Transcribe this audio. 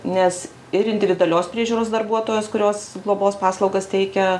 nes ir individualios priežiūros darbuotojos kurios globos paslaugas teikia